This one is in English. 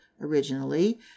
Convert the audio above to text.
originally